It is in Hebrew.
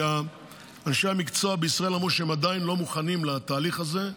כי אנשי המקצוע בישראל אמרו שהם עדיין לא מוכנים לתהליך הזה,